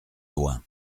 loin